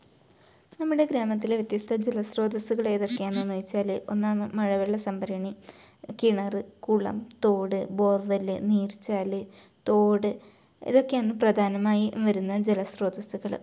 നമ്മുടെ ഗ്രാമത്തിലെ വ്യത്യസ്ത ജെലസ്രോതസ്സുകളേതൊക്കെയാണെന്ന് വെച്ചാൽ ഒന്നാണ് മഴവെള്ള സംഭരണി കിണർ കുളം തോട് ബോർവെൽ നീർച്ചാൽ തോട് ഇതൊക്കെയാണ് പ്രധാനമായി വരുന്ന ജെലസ്രോതസ്സുകൾ